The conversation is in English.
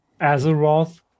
Azeroth